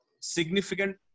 significant